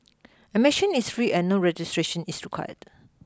admission is free and no registration is required